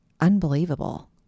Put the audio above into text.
unbelievable